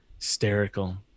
Hysterical